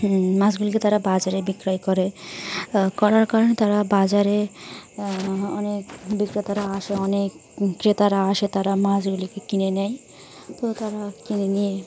মাছগুলিকে তারা বাজারে বিক্রয় করে করার কারণে তারা বাজারে অনেক বিক্রেতারা আসে অনেক ক্রেতারা আসে তারা মাছগুলিকে কিনে নেয় তো তারা কিনে নিয়ে